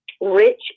rich